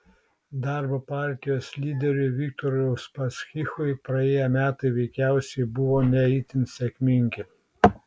darbo partijos lyderiui viktorui uspaskichui praėję metai veikiausiai buvo ne itin sėkmingi